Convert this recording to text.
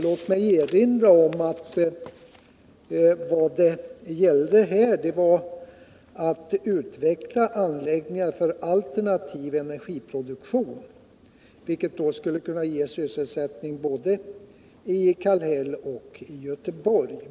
Låt mig erinra om att vad det gällde var att utveckla anläggningar för alternativ produktion, vilket skulle kunna ge sysselsättning i både Kalhäll och Göteborg.